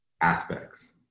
aspects